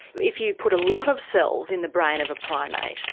if you put a lot of cells in the brain of a primate.